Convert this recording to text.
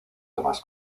demás